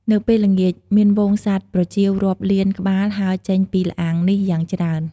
នៅពេលល្ងាច មានហ្វូងសត្វប្រចៀវរាប់លានក្បាលហើរចេញពីល្អាងនេះយ៉ាងច្រើន។